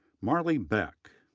marly beck,